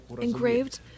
engraved